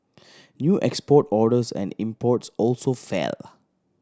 new export orders and imports also fell